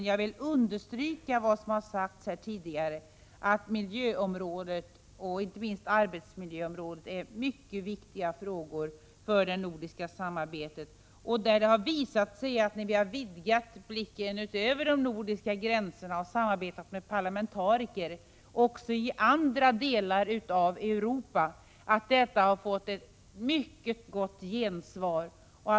Jag vill dock understryka vad som har sagts tidigare, nämligen att miljön, inte minst arbetsmiljön, är mycket viktiga områden för det nordiska samarbetet. När vi har vidgat blicken ut över de nordiska gränserna och samarbetat med parlamentariker också i andra delar av Europa, har vi mött ett mycket gott gensvar.